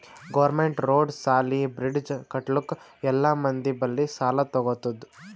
government road, ಸಾಲಿ, bridge ಕಟ್ಟಲುಕ್ ಎಲ್ಲಾ ಮಂದಿ ಬಲ್ಲಿ ಸಾಲಾ ತಗೊತ್ತುದ್